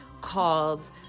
called